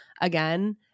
again